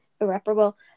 irreparable